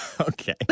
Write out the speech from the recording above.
okay